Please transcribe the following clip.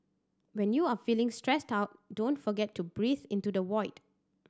when you are feeling stressed out don't forget to breathe into the void